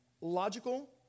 logical